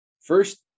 first